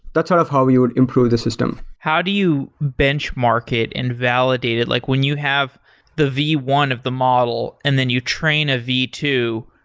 that's sort of how you would improve the system. how do you bench market and validate it? like when you have the v one of the model and then you train a v two,